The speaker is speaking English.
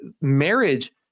marriage